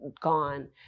gone